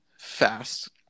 fast